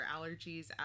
allergies